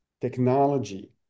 technology